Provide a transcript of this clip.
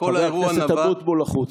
חבר הכנסת אבוטבול, החוצה.